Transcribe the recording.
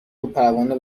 وپروانه